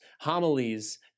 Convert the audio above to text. homilies